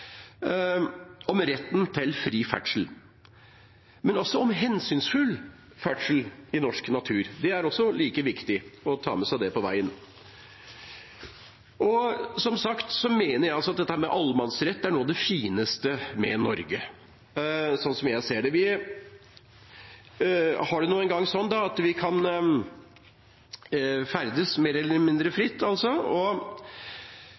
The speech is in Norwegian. norsk natur. Det er like viktig å ta med seg det på veien. Som sagt mener jeg at dette med allemannsrett er noe av det fineste med Norge, sånn jeg ser det. Vi har det nå en gang sånn at vi kan ferdes mer eller mindre fritt. Vi har nesten samme situasjon når vi er i en badstue. Der er det fritt for rang og